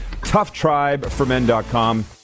Toughtribeformen.com